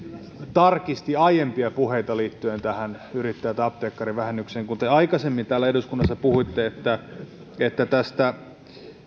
tarkisti aiempia puheitaan liittyen tähän yrittäjä tai apteekkarivähennykseen te aikaisemmin täällä eduskunnassa puhuitte että että tästä